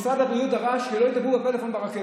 משרד הבריאות דרש שלא ידברו בפלאפון ברכבת,